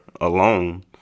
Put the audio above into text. alone